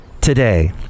Today